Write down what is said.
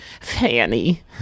Fanny